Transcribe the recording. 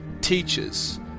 teachers